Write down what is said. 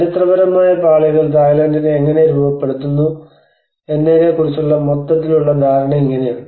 ചരിത്രപരമായ പാളികൾ തായ്ലൻഡിനെ എങ്ങനെ രൂപപ്പെടുത്തുന്നു എന്നതിനെക്കുറിച്ചുള്ള മൊത്തത്തിലുള്ള ധാരണ ഇങ്ങനെയാണ്